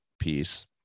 piece